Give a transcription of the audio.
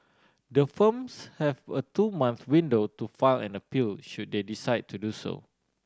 the firms have a two month window to file an appeal should they decide to do so